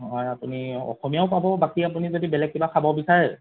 অ আপুনি অসমীয়াও পাব বাকী আপুনি যদি বেলেগ কিবা খাব বিচাৰে